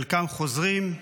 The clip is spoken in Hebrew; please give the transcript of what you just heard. חלקם חוזרים,